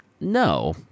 No